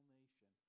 nation